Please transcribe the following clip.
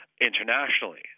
internationally